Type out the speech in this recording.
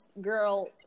girl